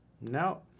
No